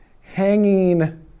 hanging